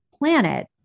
Planet